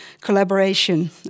collaboration